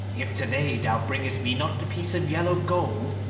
if to-day thou bringest me not the piece of yellow gold,